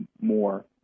more